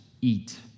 eat